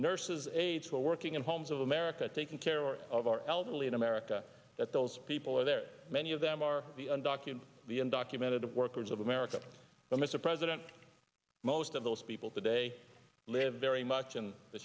nurses aides were working in homes of america taking care of our elderly in america that those people are there many of them are the undocumented the undocumented workers of america but mr president most of those people today live very much in the